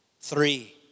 Three